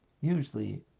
Usually